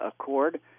Accord